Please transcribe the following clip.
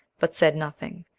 but said nothing.